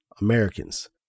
Americans